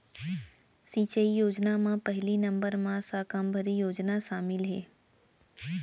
सिंचई योजना म पहिली नंबर म साकम्बरी योजना सामिल हे